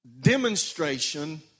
Demonstration